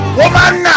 woman